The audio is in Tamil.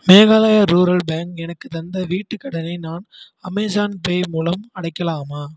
மேகாலயா ரூரல் பேங்க் எனக்கு தந்த வீட்டுக் கடனை நான் அமேஸான் பே மூலம் அடைக்கலாமா